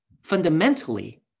fundamentally